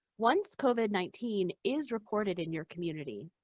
once covid nineteen is reported in your community,